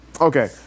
okay